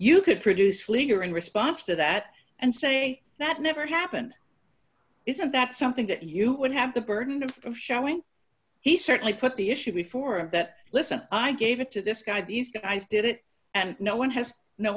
you could produce pfleger in response to that and say that never happened isn't that something that you would have the burden of showing he certainly put the issue before of that listen i gave it to this guy these guys did it and no one has no